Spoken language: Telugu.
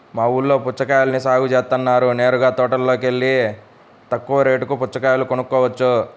మా ఊల్లో పుచ్చకాయల్ని సాగు జేత్తన్నారు నేరుగా తోటలోకెల్లి తక్కువ రేటుకే పుచ్చకాయలు కొనుక్కోవచ్చు